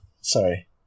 Sorry